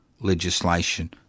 legislation